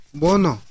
bono